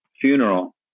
funeral